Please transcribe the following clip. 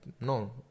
no